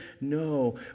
No